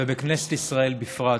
ובכנסת ישראל בפרט.